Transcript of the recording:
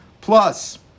plus